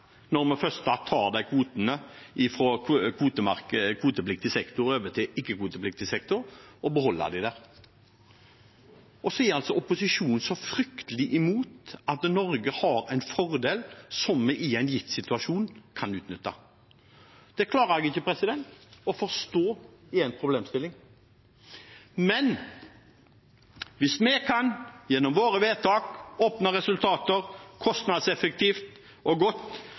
beholde dem der. Opposisjonen er så fryktelig imot at Norge har en fordel som vi i en gitt situasjon kan utnytte. Det klarer jeg ikke å forstå at er en problemstilling. Hvis vi kan, gjennom våre vedtak, oppnå resultater kostnadseffektivt og godt,